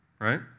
right